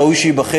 ראוי שהוא ייבחן,